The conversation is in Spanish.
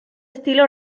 estilo